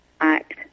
act